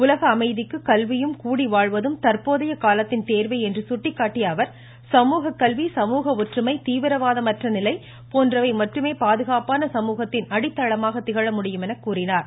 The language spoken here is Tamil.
உலக அமைதிக்கு கல்வியும் கூடி வாழ்வதும் தற்போதைய காலத்தின் தேவை என்று சுட்டிக்காட்டிய அவர் சமூககல்வி சமூக ஒற்றுமை தீவிரவாதம் அற்ற நிலை போன்றவை மட்டுமே பாதுகாப்பான சமூகத்தின் அடித்தளமாக திகழ முடியும் என்று கூறினார்